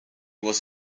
was